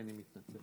אני מתנצל.